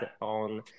on